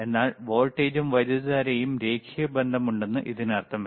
എന്നാൽ വോൾട്ടേജും വൈദ്യുതധാരയും രേഖീയ ബന്ധമുണ്ടെന്ന് ഇതിനർത്ഥമില്ല